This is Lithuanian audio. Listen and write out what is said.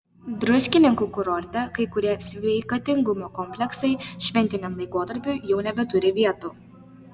druskininkų kurorte kai kurie sveikatingumo kompleksai šventiniam laikotarpiui jau nebeturi vietų